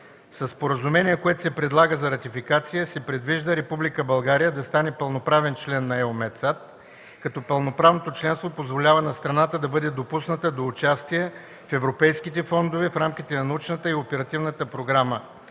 споразумение, което се предлага за ратификация, се предвижда Република България да стане пълноправен член на EUMETSAT, като пълноправното членство позволява на сраната да бъде допусната до участие в европейските фондове в рамките на научната и оперативната програма